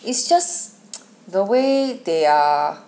it's just the way they are